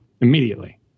immediately